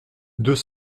deux